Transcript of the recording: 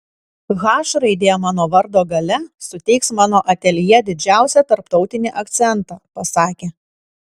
h raidė mano vardo gale suteiks mano ateljė didžiausią tarptautinį akcentą pasakė